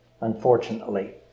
unfortunately